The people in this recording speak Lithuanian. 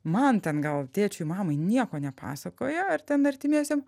man ten gal tėčiui mamai nieko nepasakoja ar ten artimiesiem